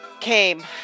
came